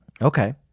Okay